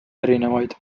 erinevaid